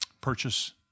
purchase